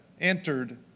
entered